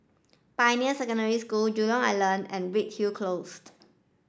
Pioneer Secondary School Jurong Island and Redhill Close